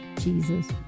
Jesus